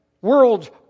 worlds